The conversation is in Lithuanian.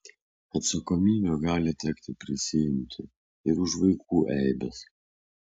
atsakomybę gali tekti prisiimti ir už vaikų eibes